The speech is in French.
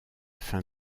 fin